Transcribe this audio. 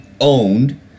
owned